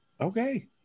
Okay